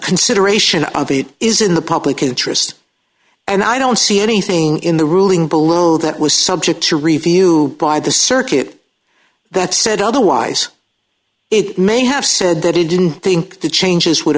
consideration of it is in the public interest and i don't see anything in the ruling below that was subject to review by the circuit that said otherwise it may have said that he didn't think the changes would